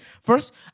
first